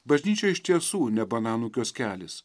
bažnyčia iš tiesų ne bananų kioskelis